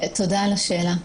תודה על השאלה.